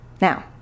Now